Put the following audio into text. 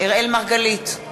אראל מרגלית,